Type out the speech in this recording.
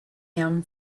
him